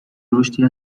رشدی